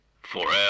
Forever